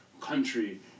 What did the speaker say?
country